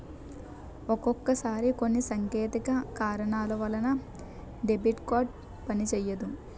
ఒక్కొక్కసారి కొన్ని సాంకేతిక కారణాల వలన డెబిట్ కార్డు పనిసెయ్యదు